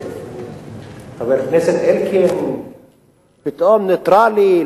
חבר הכנסת אלקין פתאום נייטרלי,